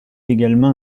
également